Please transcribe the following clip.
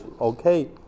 okay